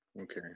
Okay